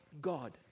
God